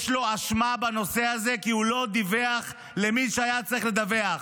יש לו אשמה בנושא הזה כי הוא לא דיווח למי שהיה צריך לדווח.